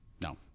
no